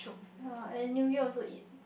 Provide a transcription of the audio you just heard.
ye and New Year also eat